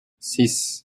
six